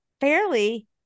fairly